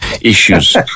issues